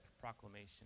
proclamation